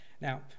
Now